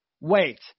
wait